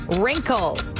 Wrinkle